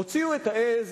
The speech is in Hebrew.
הוציאו את העז.